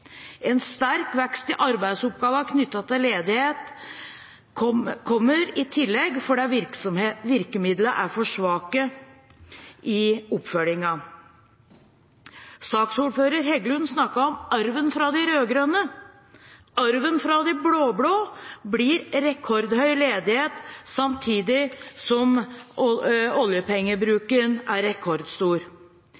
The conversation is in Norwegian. En sterk vekst i arbeidsoppgaver knyttet til ledighet kommer i tillegg fordi virkemidlene i oppfølgingen er for svake. Saksordfører Heggelund snakket om arven fra de rød-grønne. Arven fra de blå-blå blir rekordhøy ledighet samtidig som